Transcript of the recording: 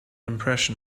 impression